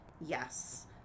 yes